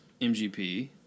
MGP